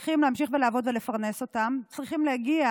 צריכים לעבוד ולהמשיך לפרנס אותם, צריכים להגיע